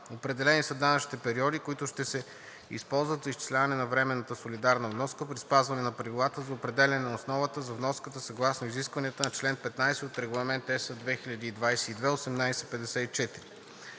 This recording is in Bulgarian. Определени са данъчните периоди, които ще се използват за изчисляване на временната солидарна вноска, при спазване на правилата за определяне на основата за вноската съгласно изискванията на член 15 от Регламент (ЕС) 2022/1854.